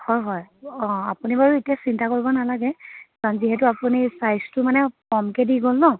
হয় হয় অ' আপুনি বাৰু এতিয়া চিন্তা কৰিব নালাগে কাৰণ যিহেতু আপুনি ছাইজটো মানে কমকৈ দি গ'ল ন